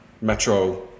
metro